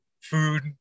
Food